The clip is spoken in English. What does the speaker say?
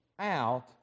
out